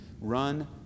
run